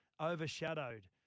overshadowed